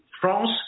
France